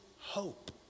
hope